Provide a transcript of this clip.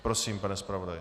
Prosím, pane zpravodaji.